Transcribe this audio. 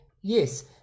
yes